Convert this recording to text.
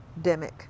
demic